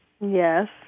Yes